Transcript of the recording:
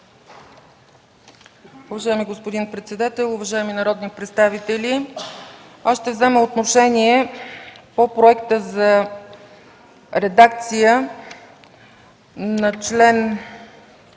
Уважаеми господин председател, уважаеми народни представители! Ще взема отношение по проекта за редакция на чл.